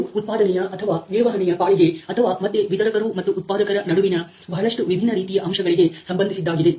ಇದು ಉತ್ಪಾದನೆಯ ಅಥವಾ ನಿರ್ವಹಣೆಯ ಪಾಳಿಗೆ ಅಥವಾ ಮತ್ತೆ ವಿತರಕರು ಮತ್ತು ಉತ್ಪಾದಕರ ನಡುವಿನ ಬಹಳಷ್ಟು ವಿಭಿನ್ನ ರೀತಿಯ ಅಂಶಗಳಿಗೆ ಸಂಬಂಧಿಸಿದ್ದಾಗಿದೆ